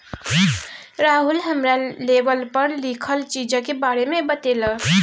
राहुल हमरा लेवल पर लिखल चीजक बारे मे बतेलक